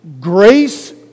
Grace